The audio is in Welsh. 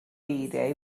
eiriau